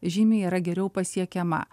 žymiai yra geriau pasiekiama